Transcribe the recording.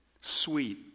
Sweet